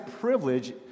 privilege